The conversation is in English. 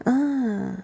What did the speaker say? ah